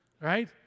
right